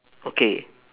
okay